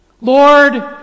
Lord